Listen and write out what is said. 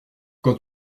quand